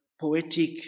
poetic